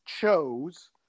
chose